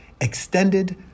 extended